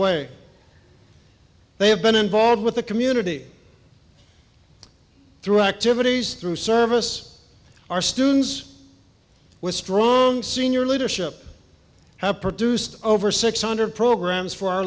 way they have been involved with the community through activities through service our students with strong senior leadership have produced over six hundred programs for our